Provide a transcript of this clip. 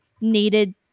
needed